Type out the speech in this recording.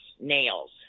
nails